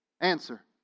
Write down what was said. Answer